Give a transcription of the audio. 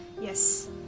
Yes